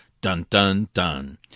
dun-dun-dun